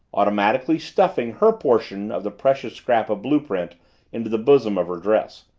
automatically stuffing her portion of the precious scrap of blue-print into the bosom of her dress.